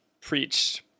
preached